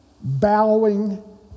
bowing